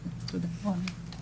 תודה.